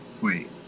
wait